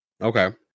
Okay